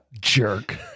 Jerk